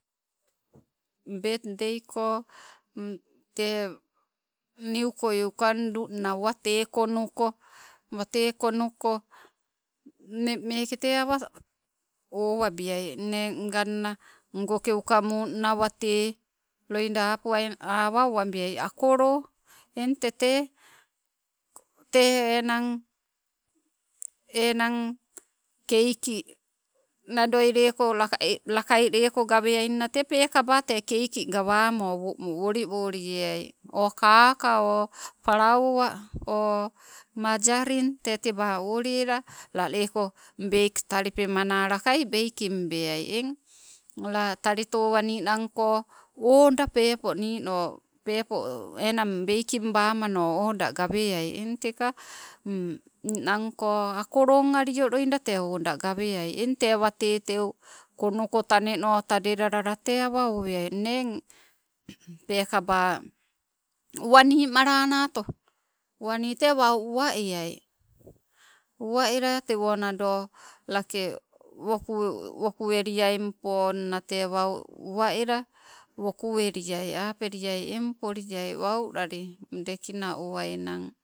Bet dei ko tee niukoi ukandunna watee konuko, watee knnuko mmeng meeke tee awa owa biai nne ngana ngoke uka munna watee loida apuainang, awa, awaloida owabiai akolo eng tete, te enang, enang keiki nadoi leko lakai leko gaweai nna, te pekaba keki gawamo, woli woli eai. O kaka o palauwa o majarin tee tebaa woli ela laleko beik talipemana lakai beikim beai, eng la talitowa ninanko, oda pepo, nino peepo enang bekim bamano oda gaweai eng te watee teu konuko taneno tadelala la tee awa oweai nne eng pekaba uwani malanato, uwani tee wau uwa eai, uwa ela tewo nado lakee woku woku eliai. Apeliai eng poliai wau laliai mudekina uwainang.